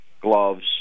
gloves